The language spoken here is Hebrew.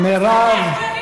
מירב.